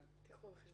זאת אומרת: